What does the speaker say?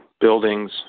Buildings